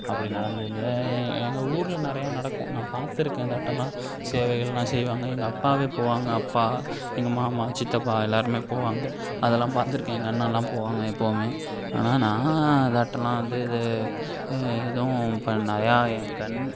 அப்படி நடந்துருந்தால் எங்கள் ஊரில் நிறையா நடக்கும் நான் பார்த்துருக்கேன் இதாட்டெல்லாம் சேவைகள்லாம் செய்வாங்க எங்கள் அப்பாவே போவாங்க அப்பா எங்கள் மாமா சித்தப்பா எல்லாருமே போவாங்க அதெல்லாம் பார்த்துருக்கேன் எங்கள் அண்ணெல்லாம் போவாங்க எப்போவுமே ஆனால் நான் அதாட்டெல்லாம் வந்து இது எதுவும் இப்போ நிறையா என் கண்ணு